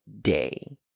day